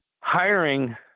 Hiring